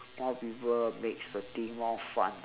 more people makes the thing more fun